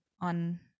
on